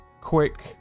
quick